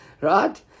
Right